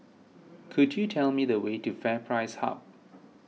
could you tell me the way to FairPrice Hub